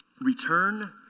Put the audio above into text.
Return